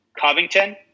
Covington